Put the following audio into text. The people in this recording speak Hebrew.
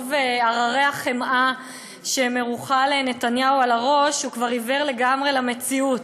מרוב הררי החמאה שמרוחה לנתניהו על הראש הוא כבר עיוור לגמרי למציאות.